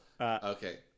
Okay